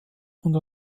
und